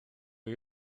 jej